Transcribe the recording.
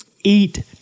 Eat